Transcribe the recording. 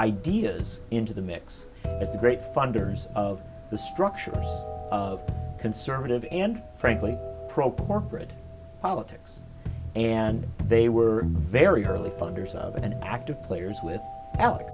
ideas into the mix it's a great funders of the structure of conservative and frankly pro portrait politics and they were very early funders of an active players with ale